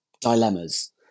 dilemmas